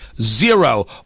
Zero